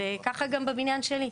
וככה גם בבניין שלי.